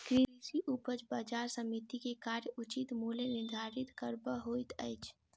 कृषि उपज बजार समिति के कार्य उचित मूल्य निर्धारित करब होइत अछि